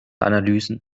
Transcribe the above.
analysen